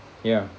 ya